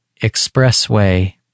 Expressway